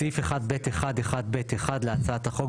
בסעיף 1(ב1)(1)(ב)(1) להצעת החוק,